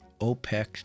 OPEC